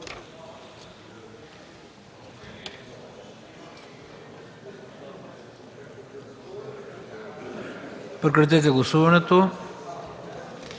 прекратите гласуването.